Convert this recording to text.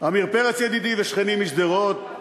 עמיר פרץ ידידי ושכני משדרות,